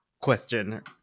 question